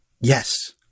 Yes